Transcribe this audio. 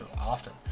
often